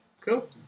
Cool